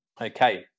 Okay